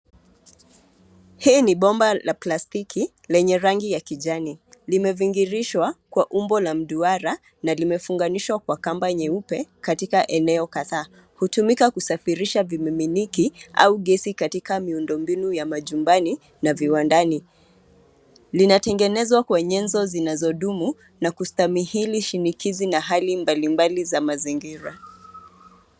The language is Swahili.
Hii ni bomba la plastiki, lenye rangi ya kijani, limeviringirishwa, kwa umbo la duara, na limefunganishwa kwa kamba nyeupe katika eneo kadhaa, hutumika kusafirisha vimiminiki, au gesi katika miundo mbinu ya majumbani na viwandani, linatengenezwa kwa nyenzo zinazodumu, na kustahimili shinikizi na hali mbali mbali za mazingira.